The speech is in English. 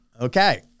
Okay